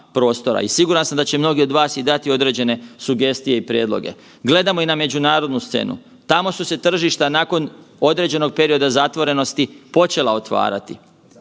i siguran sam da će mnogi od vas i dati određene sugestije i prijedloge. Gledamo i na međunarodnu scenu, tamo su se tržišta nakon određenog perioda zatvorenosti počela otvarati.